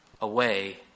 away